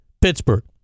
Pittsburgh